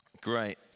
Great